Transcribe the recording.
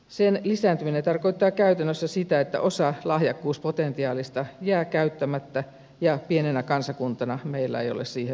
sen lisääntyminen tarkoittaa käytännössä sitä että osa lahjakkuuspotentiaalista jää käyttämättä ja pienenä kansakuntana meillä ei ole siihen varaa